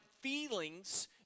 feelings